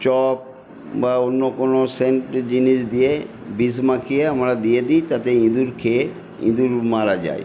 chop বা অন্য কোনো সেন্ট জিনিস দিয়ে বিষ মাখিয়ে আমরা দিয়ে দিই তাতে ইঁদুর খেয়ে ইঁদুর মারা যায়